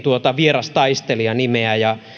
vierastaistelija nimeä ja